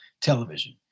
television